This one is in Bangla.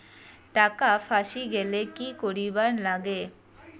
টাকা ফাঁসি গেলে কি করিবার লাগে?